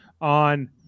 on